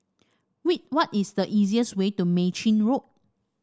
wait what is the easiest way to Mei Chin Road